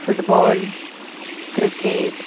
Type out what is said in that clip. football cricket